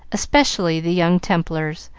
especially the young templars,